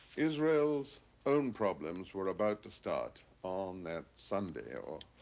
israel's own problems were about to start on that sunday, or.